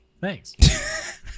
Thanks